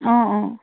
অঁ অঁ